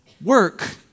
work